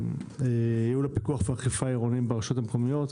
לגבי הפיקוח והאכיפה העירוניים ברשויות המקומיות,